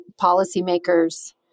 policymakers